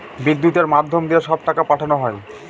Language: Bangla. বিদ্যুতের মাধ্যম দিয়ে সব টাকা পাঠানো হয়